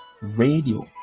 Radio